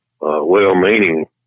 well-meaning